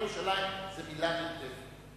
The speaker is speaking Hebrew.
"ציון" ו"ירושלים" הן מלים נרדפות.